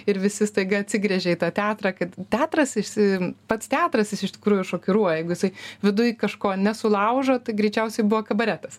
ir visi staiga atsigręžė į tą teatrą kad teatras ir jis pats teatras iš tikrųjų šokiruoja jeigu jisai viduj kažko nesulaužo tai greičiausiai buvo kabaretas